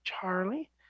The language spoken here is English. Charlie